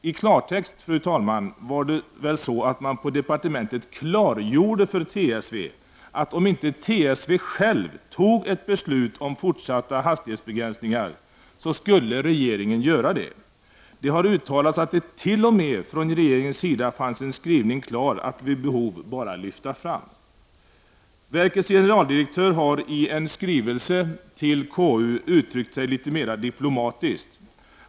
I klartext, fru talman, klargjorde man på departementet för TSV att om inte TSV självt fattade ett beslut om fortsatta hastighetsbegränsningar, skulle regeringen göra det. Det har uttalats att det t.o.m. från regeringens sida fanns en skrivning klar att vid behov bara lyfta fram. Verkets generaldirektör har i en skrivelse till KU uttryckt sig litet mera diplomatiskt.